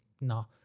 no